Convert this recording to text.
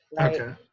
Okay